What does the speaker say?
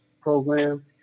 program